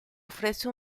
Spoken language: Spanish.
ofrece